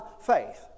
faith